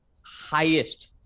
highest